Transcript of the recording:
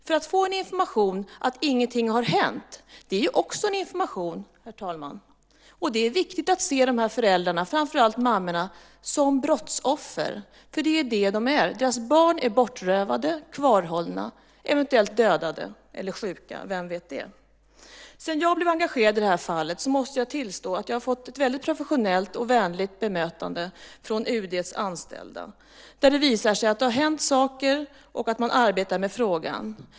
För att få information om att ingenting har hänt är också en information, herr talman. Och det är viktigt att se de här föräldrarna, framför allt mammorna, som brottsoffer. För det är det de är. Deras barn är bortrövade, kvarhållna, eventuellt dödade eller sjuka. Vem vet? Sedan jag blev engagerad i det här fallet måste jag tillstå att jag har fått ett väldigt professionellt och vänligt bemötande från UD:s anställda. Det visar sig att det har hänt saker och att man arbetar med frågan.